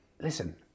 listen